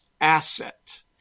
asset